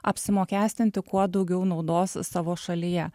apsimokestinti kuo daugiau naudos savo šalyje